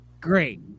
Great